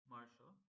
Marshall